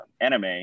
anime